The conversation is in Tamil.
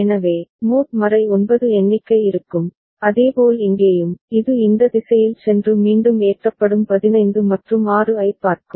எனவே மோட் 9 எண்ணிக்கை இருக்கும் அதேபோல் இங்கேயும் இது இந்த திசையில் சென்று மீண்டும் ஏற்றப்படும் 15 மற்றும் 6 ஐப் பார்க்கும்